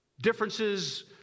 differences